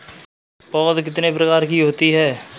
पौध कितने प्रकार की होती हैं?